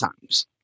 times